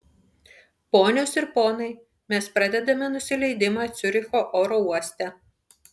ponios ir ponai mes pradedame nusileidimą ciuricho oro uoste